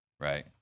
right